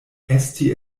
esti